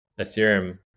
Ethereum